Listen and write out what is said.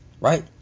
Right